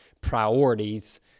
priorities